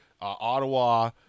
Ottawa